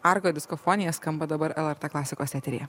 argo diskofonija skamba dabar lrt klasikos eteryje